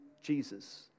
Jesus